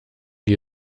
die